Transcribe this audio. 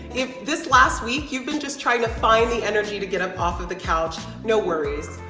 if this last week you've been just trying to find the energy to get up off of the couch, no worries.